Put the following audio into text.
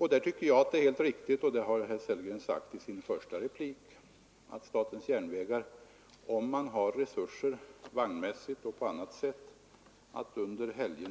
Jag tycker att det är helt riktigt — och det tyckte också herr Sellgren i sitt första inlägg — att statens järnvägar anordnar billiga bussresor under helgerna, om man vagnmässigt och på annat sätt har resurser till det.